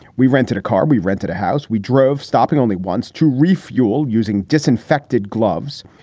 we rented a car, we rented a house. we drove, stopping only once to refuel, using disinfected gloves.